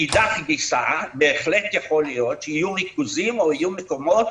מאידך גיסא בהחלט יכול להיות שיהיו ריכוזים או יהיו מקומות,